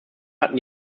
hatten